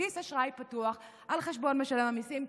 בכרטיס אשראי פתוח על חשבון משלם המיסים,